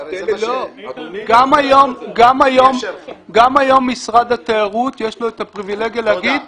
גם היום למשרד התיירות יש הפריבילגיה להגיד --- תודה.